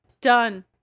Done